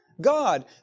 God